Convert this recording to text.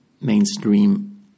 mainstream